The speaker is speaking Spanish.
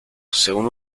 según